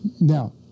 Now